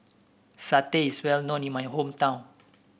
satay is well known in my hometown